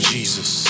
Jesus